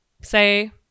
say